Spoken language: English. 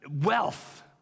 wealth